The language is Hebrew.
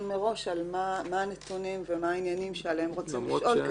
מראש מה הנתונים ומה העניינים שעליהם רוצים לשאול.